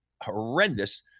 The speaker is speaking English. horrendous